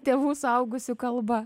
tėvų suaugusių kalba